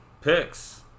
picks